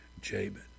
Jabin